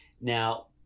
Now